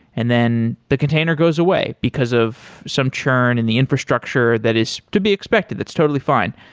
and then the container goes away, because of some churn and the infrastructure that is to be expected, that's totally fine.